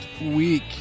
week